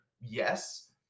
Yes